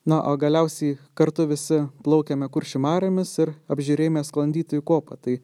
na o galiausiai kartu visi plaukėme kuršių mariomis ir apžiūrėjome sklandytojų kopą tai